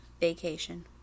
Vacation